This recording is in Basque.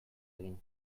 egin